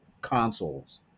consoles